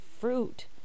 fruit